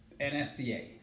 NSCA